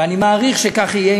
ואני מעריך שכך יהיה,